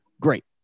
Great